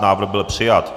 Návrh byl přijat.